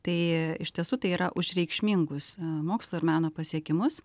tai iš tiesų tai yra už reikšmingus mokslo ir meno pasiekimus